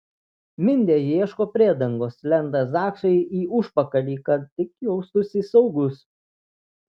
mindė ieško priedangos lenda zaksui į užpakalį kad tik jaustųsi saugus